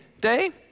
Day